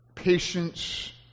Patience